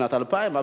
בשנת 2000,